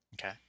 Okay